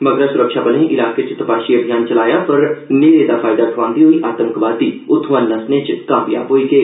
मगरा सुरक्षाबलें इलाके च तपाशी अभियान चलाया पर न्हेरे दा फायदा ठोआन्दे होई आतंकवादी नस्सने च कामयाब होई गे